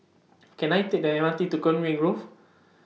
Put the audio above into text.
Can I Take The M R T to Conway Grove